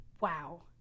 wow